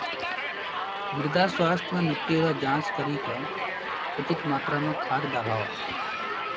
मृदा स्वास्थ्य मे मिट्टी रो जाँच करी के उचित मात्रा मे खाद डालहो